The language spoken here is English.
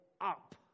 up